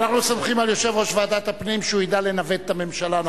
אנחנו סומכים על יושב-ראש ועדת הפנים שהוא ידע לנווט את הממשלה.